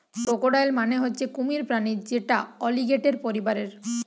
crocodile মানে হচ্ছে কুমির প্রাণী যেটা অলিগেটের পরিবারের